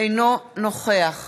אינו נוכח